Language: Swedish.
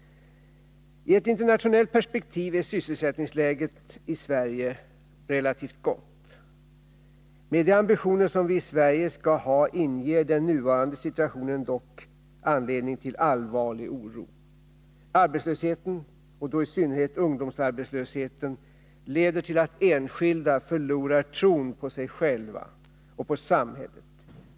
I ett internationellt perspektiv är sysselsättningsläget i Sverige relativt gott. Med de ambitioner som vi i Sverige skall ha ger den nuvarande situationen dock anledning till allvarlig oro. Arbetslösheten, och då i synnerhet ungdomsarbetslösheten, leder till att enskilda förlorar tron på sig s på samhället.